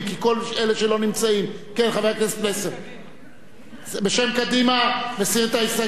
חבר הכנסת פלסנר בשם קדימה מסיר את ההסתייגויות,